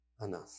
enough